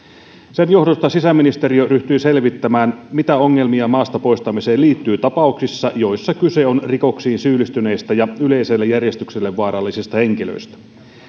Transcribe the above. sen johdosta sisäministeriö ryhtyi selvittämään mitä ongelmia maasta poistamiseen liittyy tapauksissa joissa kyse on rikoksiin syyllistyneistä ja yleiselle järjestykselle vaarallisista henkilöistä